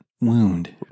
wound